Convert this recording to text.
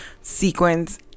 sequence